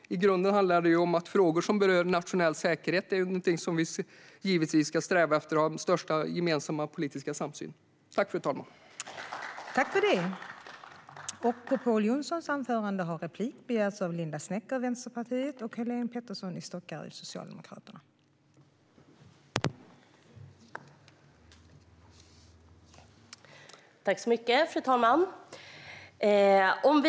I grunden handlar det om att vi givetvis ska sträva efter att ha största gemensamma politiska samsyn i frågor som berör nationell säkerhet.